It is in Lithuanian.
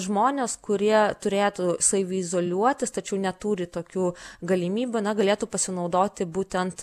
žmonės kurie turėtų saviizoliuotis tačiau neturi tokių galimybių galėtų pasinaudoti būtent